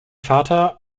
vater